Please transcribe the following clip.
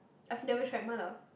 I've never try mala